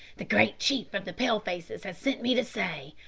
the great chief of the pale-faces has sent me to say,